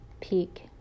peak